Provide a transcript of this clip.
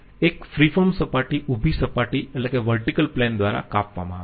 એક free form સપાટી ઉભી સપાટી દ્વારા કાપવામાં આવે છે